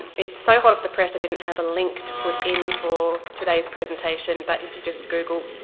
it's so hot off the press i didn't have a link to put in for today's presentation, but if you just google